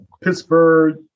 Pittsburgh